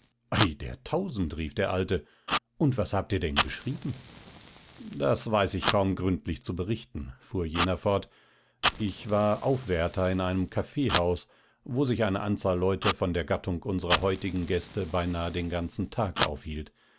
ei der tausend rief der alte und was habt ihr denn geschrieben das weiß ich kaum gründlich zu berichten fuhr jener fort ich war aufwärter in einem kaffeehaus wo sich eine anzahl leute von der gattung unserer heutigen gäste beinahe den ganzen tag aufhielt